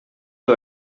деп